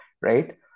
right